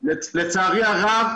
לצערי הרב,